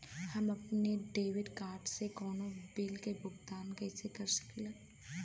हम अपने debit card से कउनो बिल के भुगतान कइसे कर सकीला?